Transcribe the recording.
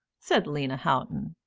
said lena houghton.